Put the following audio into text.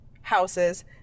houses